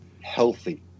healthy